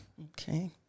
Okay